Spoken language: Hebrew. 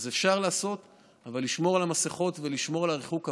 אז אפשר לעשות אבל לשמור על המסכות ולשמור על הריחוק הפיזי,